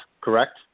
correct